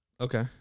Okay